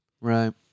Right